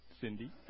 Cindy